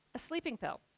a sleeping pill.